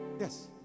Yes